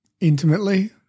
Intimately